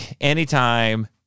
Anytime